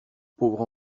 pauvre